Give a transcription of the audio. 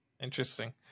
Interesting